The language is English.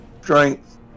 strength